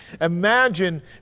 Imagine